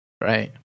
right